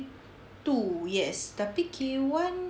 two yes tapi K one